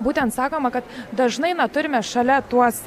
būtent sakoma kad dažnai na turime šalia tuos